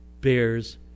bears